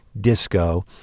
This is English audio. disco